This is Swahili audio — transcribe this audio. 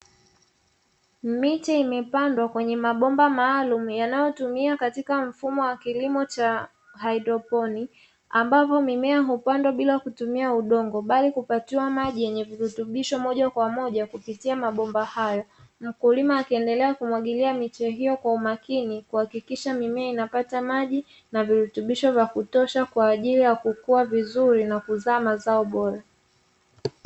Miche imepandwa kwenye mabomba maalumu yanayotumika katika kilimo cha haidroponi ambapo mimea hupandwa bila kutumia udongo bali hupatiwa mqjibyenye virutubisho moja kwa moja kupitia mabomba haya, mkulima akiendelea kumwagilia miche hiyo kwa umakini kuhakikisha mimea inapata maji na virutubisho vya kutosha kwa ajili ya kukua vizuri na kuzaa mazao bora.